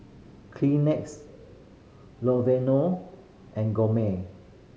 Kleenex and Gourmet